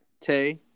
Tay